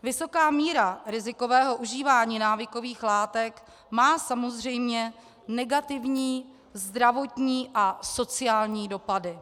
Vysoká míra rizikového užívání návykových látek má samozřejmě negativní zdravotní a sociální dopady.